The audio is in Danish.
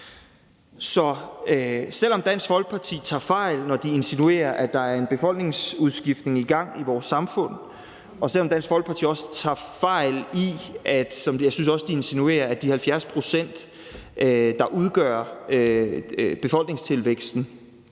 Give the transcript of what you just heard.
Så selv om Dansk Folkeparti tager fejl, når de insinuerer, at der er en befolkningsudskiftning i gang i vores samfund, og selv om Dansk Folkeparti også tager fejl i det, som jeg synes at de insinuerer,